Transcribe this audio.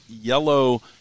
yellow